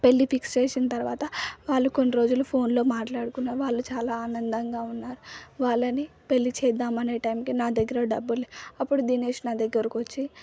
పెళ్ళి ఫిక్స్ చేసిన తర్వాత వాళ్ళు కొన్ని రోజులు ఫోన్ లో మాట్లాడుకున్నారు వాళ్ళు చాలా ఆనందంగా ఉన్నారు వాళ్ళని పెళ్ళి చేద్దాం అనే టైంకి నాదగ్గర డబ్బులు లేవు అప్పుడు దినేష్ నా దగ్గరకు వచ్చి